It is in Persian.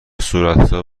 صورتحساب